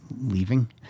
leaving